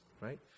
Right